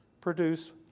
produce